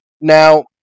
Now